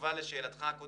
התשובה לשאלתך הקודמת,